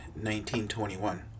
1921